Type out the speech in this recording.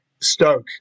Stoke